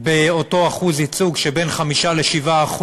באותו אחוז ייצוג שבין 5% ל-7%